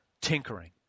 tinkering